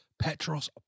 Petros